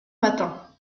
matin